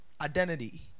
identity